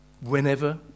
Whenever